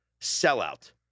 sellout